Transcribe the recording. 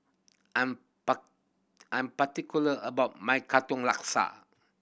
I'm I'm particular about my Katong Laksa